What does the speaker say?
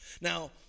now